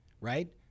right